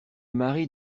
mari